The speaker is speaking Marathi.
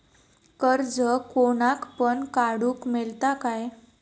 कर्ज कोणाक पण काडूक मेलता काय?